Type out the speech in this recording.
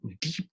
deep